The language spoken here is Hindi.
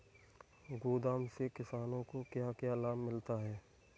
गोदाम से किसानों को क्या क्या लाभ मिलता है?